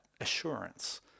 assurance